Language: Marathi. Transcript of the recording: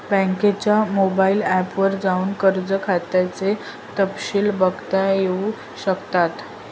बँकेच्या मोबाइल ऐप वर जाऊन कर्ज खात्याचे तपशिल बघता येऊ शकतात